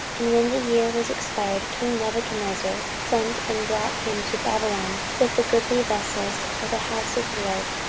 and when the year was expired, king nebuchadnezzar sent, and brought him to babylon, with the goodly vessels of the house of the lord,